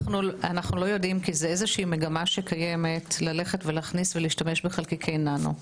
אנו לא יודעים כי זו מגמה שקיימת ללכת ולהכניס ולהשתמש בחלקיקי ננו.